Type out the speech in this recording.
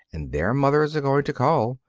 and their mothers are going to call.